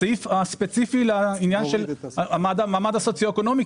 הסעיף הספציפי לעניין המעמד הסוציו-אקונומי.